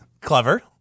clever